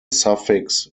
suffix